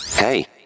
Hey